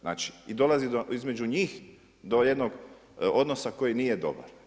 Znači i dolazi do, između njih do jednog odnosa koji nije dobar.